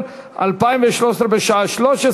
כל חברי הכנסת ועובדי הכנסת מוזמנים להדלקת הנרות.